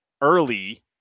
early